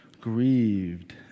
grieved